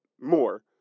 more